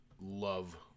love